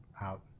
Out